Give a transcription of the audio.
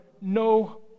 no